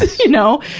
you know?